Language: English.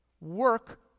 work